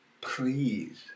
please